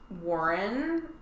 Warren